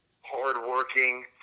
hardworking